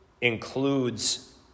includes